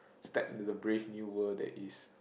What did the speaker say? step into the brave new World that is